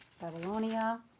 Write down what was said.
Babylonia